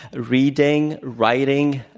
reading, writing,